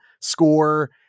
score